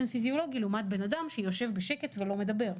פיזיולוגי לעומת בן אדם שיושב בשקט ולא מדבר.